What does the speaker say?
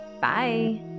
Bye